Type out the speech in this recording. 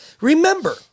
Remember